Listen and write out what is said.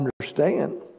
understand